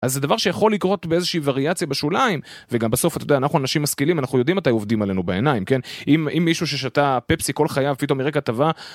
אז זה דבר שיכול לקרות באיזושהי וריאציה בשוליים וגם בסוף אתה יודע אנחנו אנשים משכילים אנחנו יודעים מתי עובדים עלינו בעיניים כן אם אם מישהו ששתה פפסי כל חייו פתאום יראה כתבה.